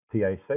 tac